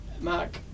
Mark